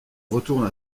retourne